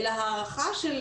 אלא הערכה של